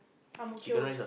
Ang-Mo-Kio